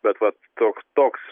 bet vat toks toks